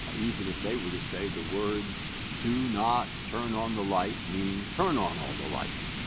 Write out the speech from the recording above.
even if they were to say the words do not turn on the light mean turn on all the lights.